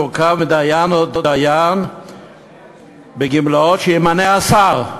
תורכב מדיין או דיין בגמלאות שימנה השר,